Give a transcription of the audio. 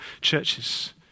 churches